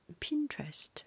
Pinterest